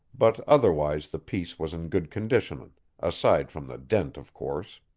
but otherwise the piece was in good condition aside from the dent, of course.